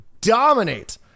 dominate